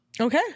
Okay